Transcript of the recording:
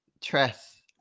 tress